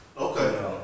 Okay